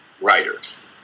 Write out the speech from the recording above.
writers